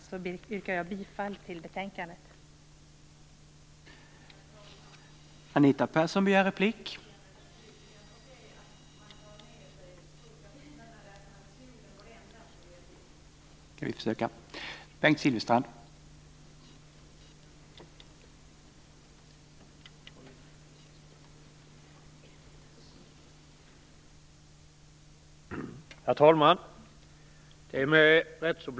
Med detta yrkar jag bifall till utskottets hemställan.